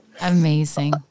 Amazing